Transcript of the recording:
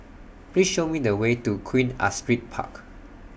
Please Show Me The Way to Queen Astrid Park